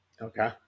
Okay